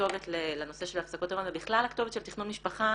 הכתובת לנושא של הפסקות היריון ובכלל הכתובת של תכנון משפחה